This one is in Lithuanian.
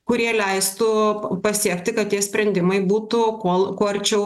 kurie leistų pasiekti kad tie sprendimai būtų kol kuo arčiau